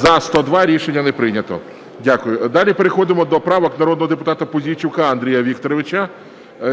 За-102 Рішення не прийнято. Дякую. Далі переходимо до правок народного депутата Пузійчука Андрія Вікторовича